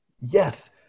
yes